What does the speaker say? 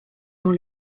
dans